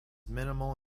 minimal